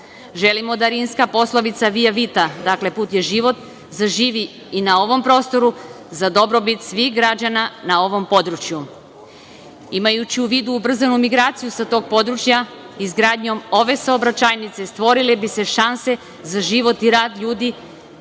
da rimska poslovica "via vita" - put je život, zaživi i na ovom prostoru, za dobrobit svih građana na ovom području. Imajući u vidu ubrzanu migraciju sa tog područja, izgradnjom ove saobraćajnice stvorile bi se šanse za život i rad ljudi